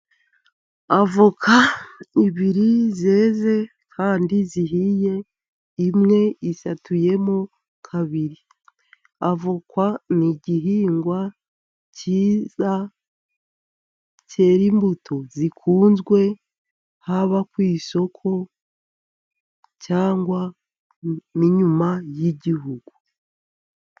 Avoka ebyiri zeze kandi zihiye imwe isatuyemo kabiri. Avoka ni igihingwa cyiza cyera imbuto zikunzwe, haba ku isoko cyangwa n'inyuma y'igihugu.